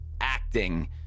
acting